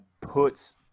puts